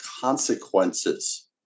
consequences